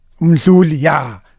Mzulia